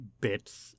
bits